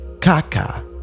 Kaka